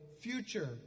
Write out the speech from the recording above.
future